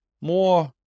more